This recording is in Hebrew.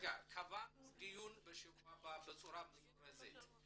קבענו דיון בשבוע הבא בצורה מזורזת.